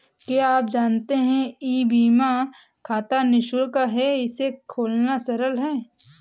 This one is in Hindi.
क्या आप जानते है ई बीमा खाता निशुल्क है, इसे खोलना सरल है?